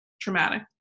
traumatic